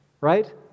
right